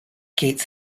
gates